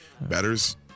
Batters